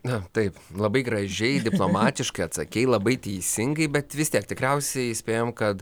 na taip labai gražiai diplomatiškai atsakei labai teisingai bet vis tiek tikriausiai įspėjam kad